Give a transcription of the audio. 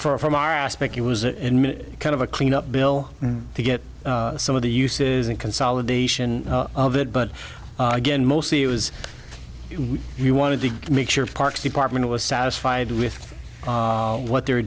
far from our aspect he was in kind of a clean up bill to get some of the uses and consolidation of it but again mostly it was we wanted to make sure the parks department was satisfied with what they